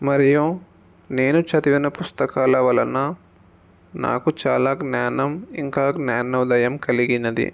మరియు నేను చదివిన పుస్తకాల వలన నాకు చాలా జ్ఞానం ఇంకా జ్ఞానోదయం కలిగింది